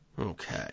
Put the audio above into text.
Okay